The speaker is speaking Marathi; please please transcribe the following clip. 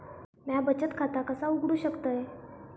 म्या बचत खाता कसा उघडू शकतय?